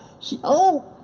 she oh,